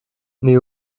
mais